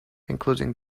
including